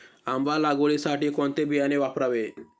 आंबा लागवडीसाठी कोणते बियाणे वापरावे?